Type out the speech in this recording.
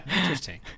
Interesting